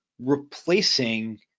replacing